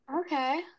Okay